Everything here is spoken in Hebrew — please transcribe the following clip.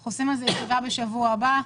אנחנו עושים על זה ישיבה בשבוע הבא.